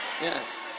Yes